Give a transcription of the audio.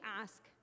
ask